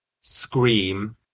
scream